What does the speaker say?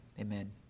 amen